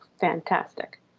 fantastic